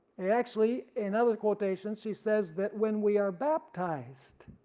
and actually in other quotations she says that when we are baptized,